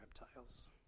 reptiles